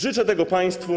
Życzę tego państwu.